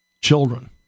children